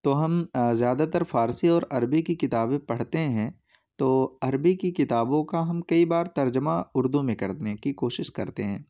تو ہم زیادہ تر فارسی اور عربی کی کتابیں پڑھتے ہیں تو عربی کی کتابوں کا ہم کئی بار ترجمہ اردو میں کرنے کی کوشش کرتے ہیں